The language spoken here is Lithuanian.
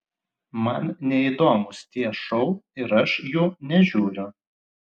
man neįdomūs tie šou ir aš jų nežiūriu